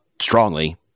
strongly